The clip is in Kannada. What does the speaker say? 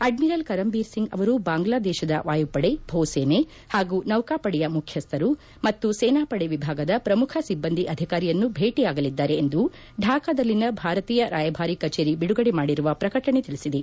ಅಡ್ಮಿರಲ್ ಕರಮ್ ಬೀರ್ ಸಿಂಗ್ ಅವರು ಬಾಂಗ್ಲಾದೇಶದ ವಾಯು ಪದೆ ಭೂಸೇನೆ ಹಾಗೂ ನೌಕಾಪಡೆಯ ಮುಖ್ಯಸ್ಥರು ಮತ್ತು ಸೇನಾ ಪಡೆ ವಿಭಾಗದ ಪ್ರಮುಖ ಸಿಬ್ಬಂದಿ ಅಧಿಕಾರಿಯನ್ನು ಭೇಟಿಯಾಗಲಿದ್ದಾರೆ ಎಂದು ಢಾಕಾದಲ್ಲಿನ ಭಾರತೀಯ ರಾಯಭಾರಿ ಕಚೇರಿ ಬಿಡುಗಡೆ ಮಾಡಿರುವ ಪ್ರಕಟಣೆ ತಿಳಿಸಿದೆ